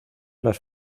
las